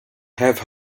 have